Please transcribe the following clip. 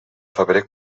febrer